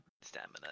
stamina